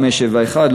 571,